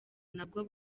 nabwo